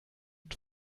und